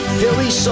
Philly